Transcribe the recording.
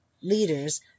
leaders